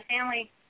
family